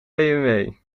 bmw